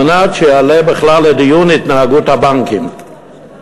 כדי שהתנהגות הבנקים תעלה בכלל לדיון.